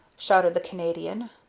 shouted the canadian.